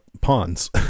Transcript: pawns